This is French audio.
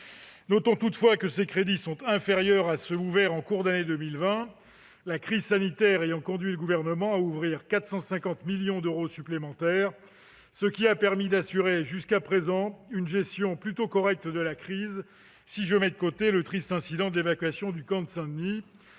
Notons toutefois que ces crédits sont inférieurs à ceux inscrits en cours d'année 2020, car la crise sanitaire a conduit le Gouvernement à ouvrir 450 millions d'euros supplémentaires. Cette rallonge a permis d'assurer jusqu'à présent une gestion correcte de la situation, hormis le triste incident de l'évacuation du camp de Saint-Denis,